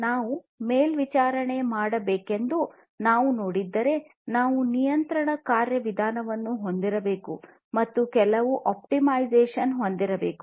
ನಾವು ಮೇಲ್ವಿಚಾರಣೆ ಮಾಡಬೇಕೆಂದು ನಾವು ನೋಡಿದ್ದೇವೆ ನಾವು ನಿಯಂತ್ರಣ ಕಾರ್ಯವಿಧಾನವನ್ನು ಹೊಂದಿರಬೇಕು ಮತ್ತು ಕೆಲವು ಆಪ್ಟಿಮೈಸೇಶನ್ ಹೊಂದಿರಬೇಕು